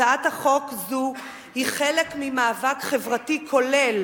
הצעת חוק זו היא חלק ממאבק חברתי כולל